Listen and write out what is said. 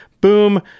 boom